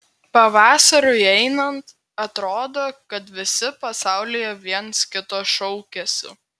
pavasariui einant atrodo kad visi pasaulyje viens kito šaukiasi